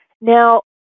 now